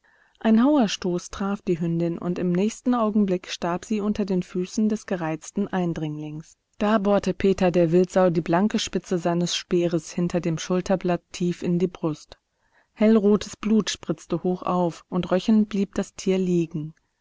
ein hauerstoß traf die hündin und im nächsten augenblick starb sie unter den füßen des gereizten eindringlings da bohrte peter der wildsau die blanke spitze seines speeres hinter dem schulterblatt tief in die brust hellrotes blut spritzte hochauf und röchelnd blieb das tier liegen